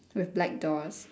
with black doors